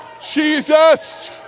Jesus